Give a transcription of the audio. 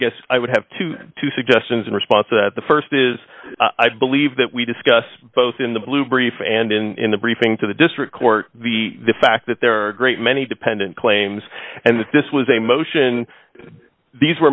guess i would have to two suggestions in response to that the st is i believe that we discussed both in the blue brief and in the briefing to the district court the fact that there are a great many dependent claims and that this was a motion these were